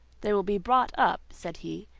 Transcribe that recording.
they will be brought up, said he,